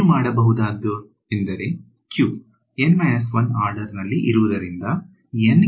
ನೀವು ಏನು ಮಾಡಬಹುದಾದ ಎಂದರೆ q N 1 ಆರ್ಡರ್ ನಲ್ಲಿ ಇರುವುದರಿಂದ